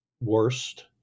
worst